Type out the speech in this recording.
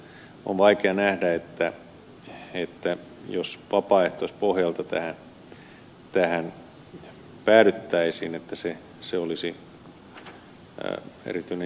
on vaikea nähdä että jos vapaaehtoispohjalta tähän päädyttäisiin niin se olisi erityinen ihmisoikeusrikkomus